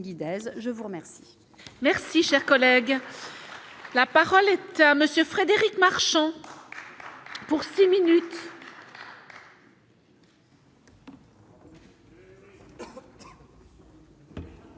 Je veux remercier